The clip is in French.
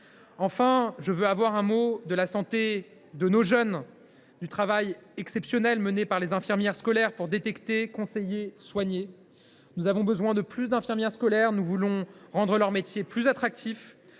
Enfin, je veux dire un mot sur la santé de nos jeunes et sur le travail exceptionnel effectué par les infirmières scolaires pour détecter, conseiller et soigner. Nous avons besoin de plus d’infirmières scolaires. Eh oui ! Nous voulons rendre leur métier plus attractif.